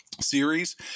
series